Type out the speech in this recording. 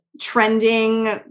trending